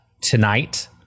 tonight